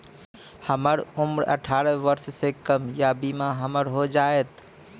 हमर उम्र अठारह वर्ष से कम या बीमा हमर हो जायत?